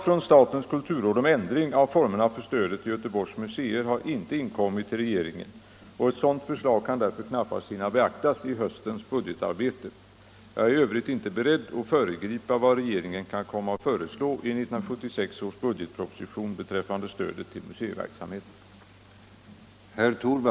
Kommer kulturrådets utredning beträffande verksamheten vid Göteborgs museer att slutföras inom sådan tid att dess förslag kan beaktas i budgetpropositionen för 1976/77? Kommer statsrådet i annat fall att tillse att nuvarande anslag på 2 milj.kr. uppräknas med hänsyn till inflationen?